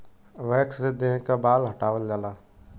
wax से देह क बाल हटावल जाला